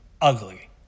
ugly